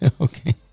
okay